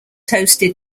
hosted